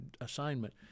assignment